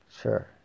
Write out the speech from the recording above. sure